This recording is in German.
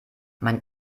mein